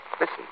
Listen